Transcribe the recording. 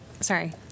sorry